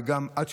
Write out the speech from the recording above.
ועל פי רוב,